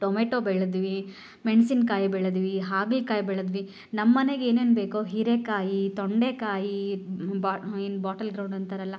tomato ಬೆಳೆದ್ವಿ ಮೆಣಸಿನ್ಕಾಯಿ ಬೆಳೆದ್ವಿ ಹಾಗಲಕಾಯಿ ಬೆಳೆದ್ವಿ ನಮ್ಮನೆಗೆ ಏನೇನು ಬೇಕೋ ಹೀರೆಕಾಯಿ ತೊಂಡೆಕಾಯಿ ಬ್ ಏನು ಬಾಟಲ್ ಗ್ರೌಂಡ್ ಅಂತಾರಲ್ಲ